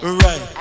right